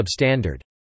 substandard